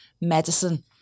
medicine